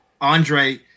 Andre